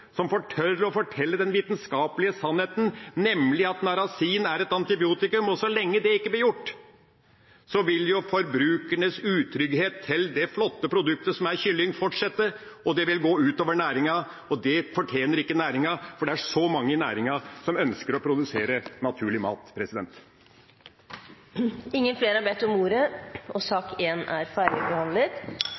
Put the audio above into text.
som tør å fortelle den vitenskapelige sannheten, nemlig at narasin er et antibiotikum. Så lenge det ikke blir gjort, vil forbrukernes utrygghet overfor det flotte produktet som kylling er, fortsette. Det vil gå ut over næringa, og det fortjener ikke næringa, for det er så mange i næringa som ønsker å produsere naturlig mat. Flere har ikke bedt om ordet til sak